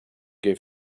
gave